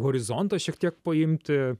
horizonto šiek tiek paimti